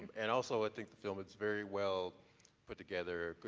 and also i think the film, it's very well put together,